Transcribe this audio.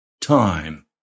time